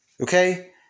Okay